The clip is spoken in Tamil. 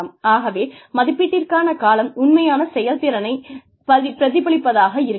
ஆகவே மதிப்பீட்டிற்கான காலம் உண்மையான செயல்திறனைப் பிரதிபலிப்பதாக இருக்காது